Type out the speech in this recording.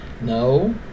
no